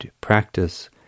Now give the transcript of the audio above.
practice